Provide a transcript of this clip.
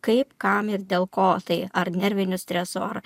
kaip kam ir dėl ko tai ar nerviniu stresu ar